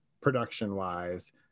production-wise